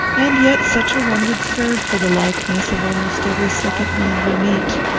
and yet such a one would serve for the likeness of almost every second man we meet.